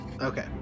Okay